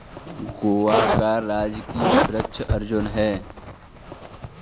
गोवा का राजकीय वृक्ष अर्जुन है